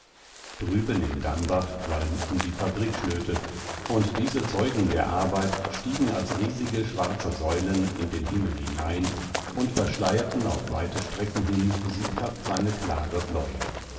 drüben in dambach qualmten die fabrikschlöte und diese zeugen der arbeit stiegen als riesige schwarze säulen in den himmel hinein und verschleierten auf weite strecken hin sieghaft seine klare bläue